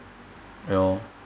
you know